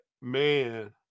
man